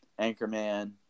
anchorman